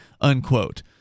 unquote